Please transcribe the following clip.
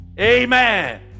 amen